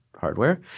hardware